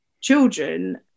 children